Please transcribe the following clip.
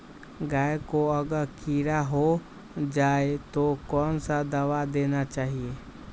गाय को अगर कीड़ा हो जाय तो कौन सा दवा देना चाहिए?